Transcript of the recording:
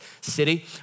city